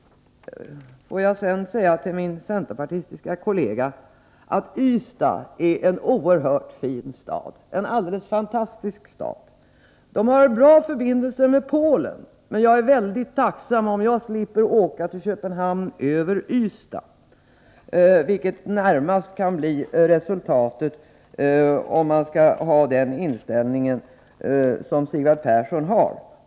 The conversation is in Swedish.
Jag vill sedan säga till min centerpartistiske kollega: Ystad är en oerhört fin stad, en helt fantastisk stad. Den har bra förbindelser med Polen, men jag är mycket tacksam om jag slipper att åka över Ystad till Köpenhamn, vilket närmast kunde bli resultatet om man skulle ha den inställning som Sigvard Persson har.